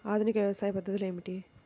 ఆధునిక వ్యవసాయ పద్ధతులు ఏమిటి?